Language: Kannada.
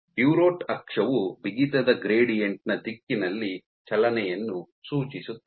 ಡುರೊಟ್ ಅಕ್ಷವು ಬಿಗಿತದ ಗ್ರೇಡಿಯಂಟ್ನ ದಿಕ್ಕಿನಲ್ಲಿ ಚಲನೆಯನ್ನು ಸೂಚಿಸುತ್ತದೆ